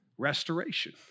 restoration